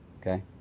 Okay